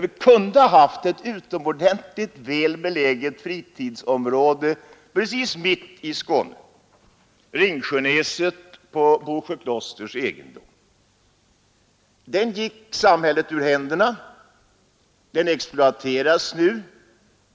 Vi kunde ha haft ett utomordentligt väl beläget fritidsområde precis mitt i Skåne, nämligen Ringsjönäset på Bosjöklosters egendom. Det gick samhället ur händerna och håller nu på att exploateras.